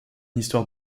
histoire